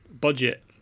budget